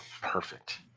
Perfect